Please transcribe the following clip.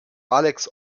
alex